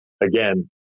again